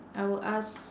I will ask